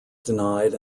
denied